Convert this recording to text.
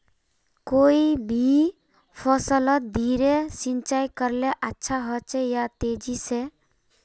कोई भी फसलोत धीरे सिंचाई करले अच्छा होचे या तेजी से?